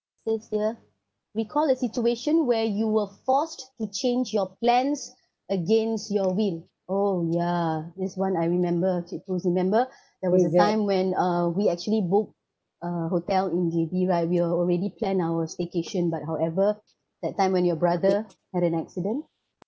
says here recall a situation where you were forced to change your plans against your will oh yeah this one I remember ch~ remember there was a time when uh we actually booked a hotel in J_B right we're already plan our vacation but however that time when your brother had an accident